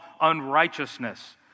unrighteousness